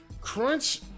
crunch